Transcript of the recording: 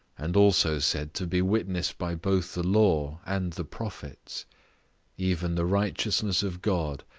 and also said to be witnessed by both the law and the prophets even the righteousness of god,